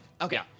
Okay